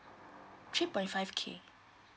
three point five K